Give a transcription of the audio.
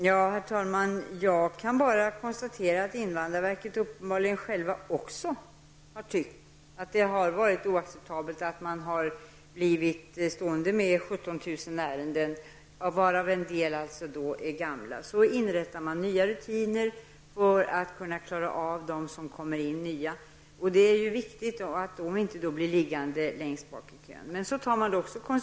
Herr talman! Jag kan bara konstatera att invandrarverket uppenbarligen självt också tyckt att det har varit oacceptabelt att man har blivit stående med 17 000 ärenden, varav en del är gamla. Det är därför man har infört nya rutiner för de ärenden som kommer in. Det är då viktigt att de ärendena inte blir liggande längst bak i kön.